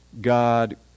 God